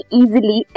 easily